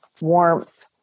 warmth